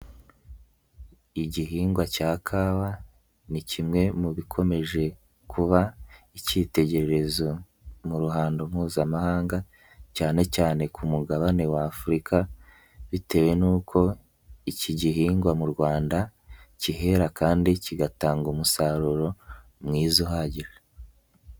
Igihingwa cya kawa ni kimwe mu bikomeje kuba ikitegererezo mu ruhando mpuzamahanga cyane cyane ku Mugabane wa Afurika bitewe n'uko iki gihingwa mu Rwanda kihera kandi kigatanga umusaruro mwiza uhagije.